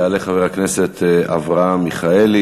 יעלה חבר הכנסת אברהם מיכאלי,